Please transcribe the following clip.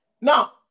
Now